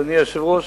אדוני היושב-ראש,